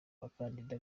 abakandida